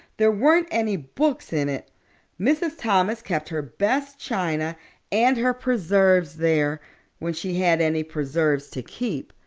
there weren't any books in it mrs. thomas kept her best china and her preserves there when she had any preserves to keep.